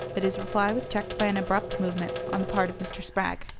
but his reply was checked by an abrupt movement on the part of mr. spragg.